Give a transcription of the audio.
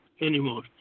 anymore